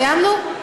סיימנו?